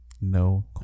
No